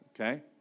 okay